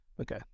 Okay